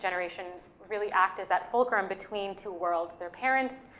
generation, really act as that fulcrum between two worlds, their parents,